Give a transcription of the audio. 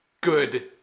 Good